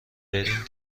بریم